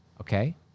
okay